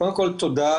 קודם כול, תודה.